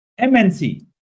MNC